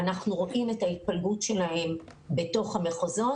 אנחנו רואים את ההתפלגות שלהם בתוך המחוזות.